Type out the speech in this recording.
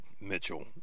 Mitchell